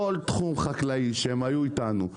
כל תחום חקלאי שהם היו איתנו,